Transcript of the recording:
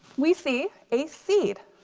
we see a seed.